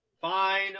Fine